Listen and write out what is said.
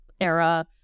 era